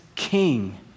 King